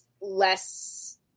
less